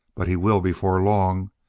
but he will before long.